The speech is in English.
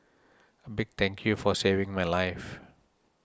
a big thank you for saving my life